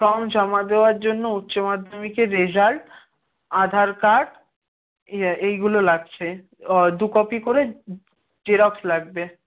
form জমা দেওয়ার জন্য উচ্চমাধ্যমিকের রেজাল্ট আধার কার্ড ইয়ে এইগুলো লাগছে দু কপি করে জেরক্স লাগবে